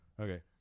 Okay